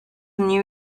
new